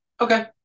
Okay